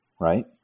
right